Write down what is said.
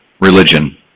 religion